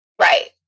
Right